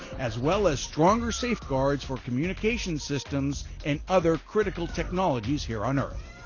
as well as stronger safeguards for communications systems and other critical technologies here on earth.